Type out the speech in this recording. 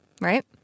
right